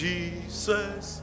Jesus